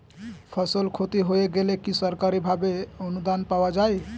ফসল ক্ষতি হয়ে গেলে কি সরকারি ভাবে অনুদান পাওয়া য়ায়?